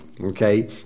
okay